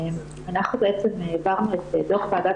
אנחנו בעצם העברנו את דו"ח ועדת